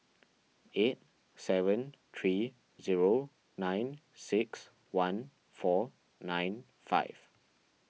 eight seven three zero nine six one four nine five